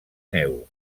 neu